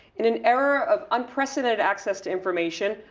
in an era of unprecedented access to information.